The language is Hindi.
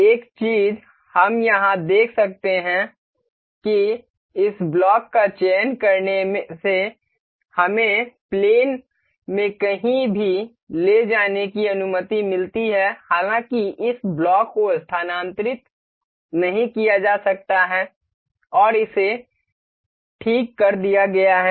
एक चीज हम यहां देख सकते हैं कि इस ब्लॉक का चयन करने से हमें विमान में कहीं भी ले जाने की अनुमति मिलती है हालाँकि इस ब्लॉक को स्थानांतरित नहीं किया जा सकता है और इसे ठीक कर दिया गया है